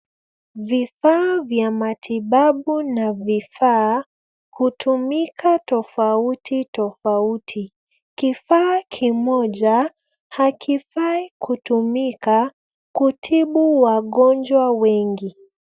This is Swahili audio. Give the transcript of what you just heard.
Vifaa vya matibabu na vifaa hutumika tofauti tofauti. Kifaa kimoja hakifai kutumika kutibu wagonjwa wengi.